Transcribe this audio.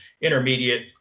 intermediate